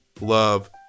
love